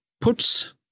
puts